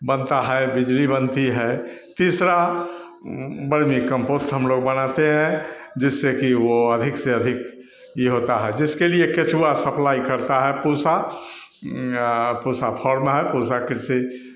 बनता है बिजली बनती है तीसरा बर्मी कम्पोस्ट हमलोग बनाते हैं जिससे कि वह अधिक से अधिक यह होता है जिसके लिए केँचुआ सप्लाई करता है पूसा पूसा फार्म है पूसा कृषि